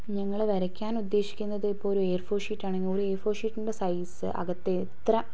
നിങ്ങൾ വരയ്ക്കാൻ ഉദ്ദേശിക്കുന്നത് ഇപ്പോൾ ഒരു എ ഫോർ ഷീറ്റ് ആണെങ്കിൽ ഒരു എ ഫോർ ഷീറ്റിൻ്റെ സൈസ് അകത്ത് എത്ര